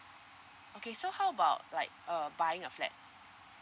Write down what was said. okay so how about like uh buying a flat